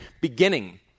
beginning